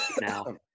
now